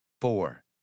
Four